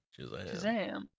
Shazam